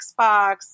Xbox